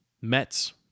Mets